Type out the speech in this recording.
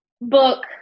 Book